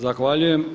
Zahvaljujem.